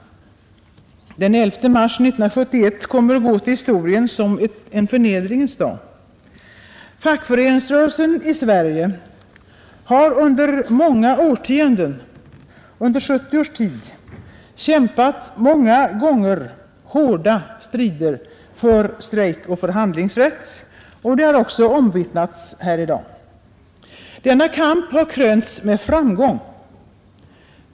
Den 11 mars 1971 kommer att gå till historien som en förnedringens dag. Fackföreningsrörelsen i Sverige har under många årtionden, under 70 års tid, kämpat många gånger hårda strider för strejkoch förhandlingsrätt, och detta har också omvittnats här i dag. Denna kamp har krönts med framgång.